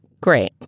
Great